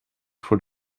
voor